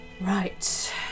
Right